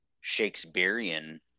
Shakespearean